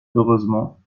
heureusement